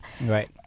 right